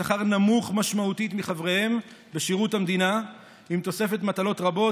בשכר נמוך משמעותית מחבריהם בשירות המדינה ועם תוספת מטלות רבות,